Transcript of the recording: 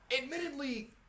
admittedly